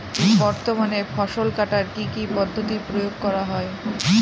বর্তমানে ফসল কাটার কি কি পদ্ধতি প্রয়োগ করা হয়?